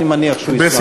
אני מניח שהוא ישמח.